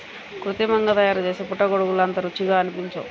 కృత్రిమంగా తయారుచేసే పుట్టగొడుగులు అంత రుచిగా అనిపించవు